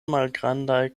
malgrandaj